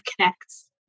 connects